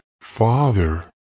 father